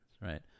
right